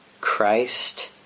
Christ